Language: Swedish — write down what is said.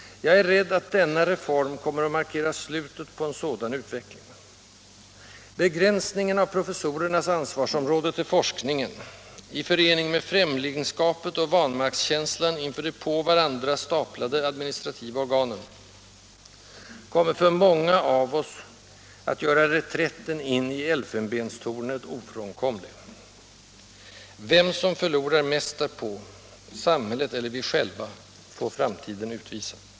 Jag är rädd att denna ”reform” kommer att markera slutet på en sådan utveckling. Begränsningen av professorernas ansvarsområde till forskningen, i förening med främlingskapet och vanmaktskänslan inför de på varandra staplade administrativa organen, kommer för många av oss att göra reträtten in i elfenbenstornet ofrånkomlig. Vem som förlorar mest därpå, samhället eller vi själva, får framtiden utvisa.